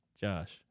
Josh